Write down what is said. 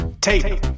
Tape